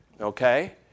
okay